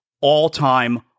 All-time